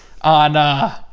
On